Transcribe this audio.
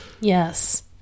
yes